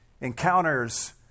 encounters